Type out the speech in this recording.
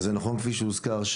זה נכון שכפי שהוזכר,